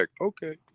okay